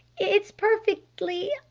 it's perfectly.